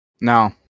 No